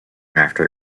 after